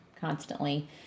constantly